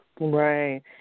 Right